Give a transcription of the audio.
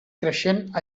creixent